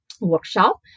Workshop